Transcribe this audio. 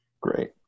Great